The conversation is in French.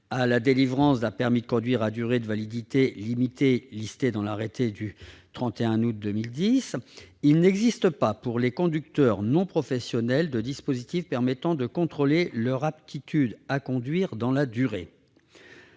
à la délivrance de permis de conduire à durée de validité limitée- la liste de ces affections est fixée dans un arrêté du 31 août 2010 -, il n'existe pas, pour les conducteurs non professionnels, de dispositif permettant de contrôler leur aptitude à conduire dans la durée.